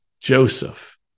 Joseph